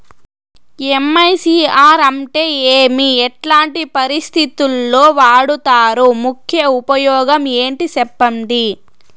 MICR అంటే ఏమి? ఎట్లాంటి పరిస్థితుల్లో వాడుతారు? ముఖ్య ఉపయోగం ఏంటి సెప్పండి?